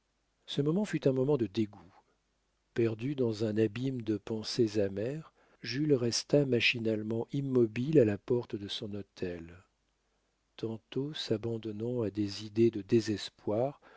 ce moment fut un moment de dégoût perdu dans un abîme de pensées amères jules resta machinalement immobile à la porte de son hôtel tantôt s'abandonnant à des idées de désespoir